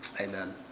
Amen